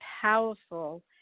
powerful